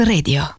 Radio